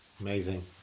amazing